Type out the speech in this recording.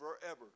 forever